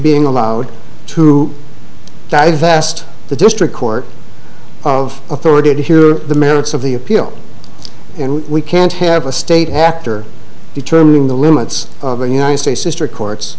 being allowed to divest the district court of authority to hear the merits of the appeal and we can't have a state actor determining the limits of the united states district court